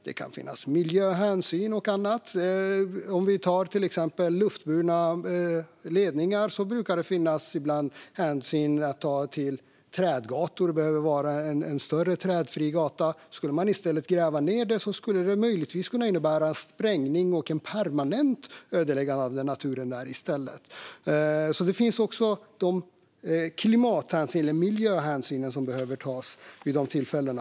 Det kan finnas miljöhänsyn och annat. Vid exempelvis luftburna ledningar kan man ibland behöva ta hänsyn till trädgator. Det kan behövas en större trädfri gata. Om man i stället skulle gräva ned ledningarna kan det möjligen innebära att man måste spränga och permanent ödelägga naturen. Det finns alltså klimat och miljöhänsyn som måste tas vid sådana tillfällen.